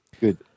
Good